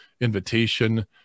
invitation